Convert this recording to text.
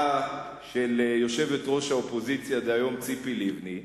של יושבת-ראש האופוזיציה דהיום ציפי לבני.